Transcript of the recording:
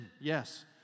yes